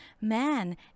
man